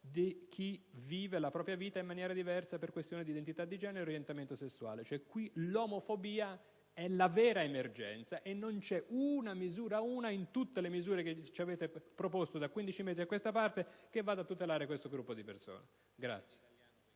di chi vive la propria vita in maniera diversa per questioni di identità di genere e orientamento sessuale: cioè, qui l'omofobia è la vera emergenza e non c'è una sola misura, in tutti i provvedimenti che ci avete proposto da quindici mesi a questa parte, che tuteli questo gruppo di persone.